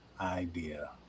idea